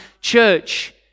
church